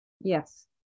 Yes